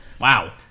Wow